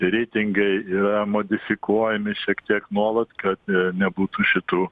reitingai yra modifikuojami šiek tiek nuolat kad nebūtų šitų